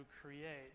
create